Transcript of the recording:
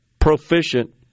proficient